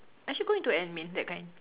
actually go into admin that kind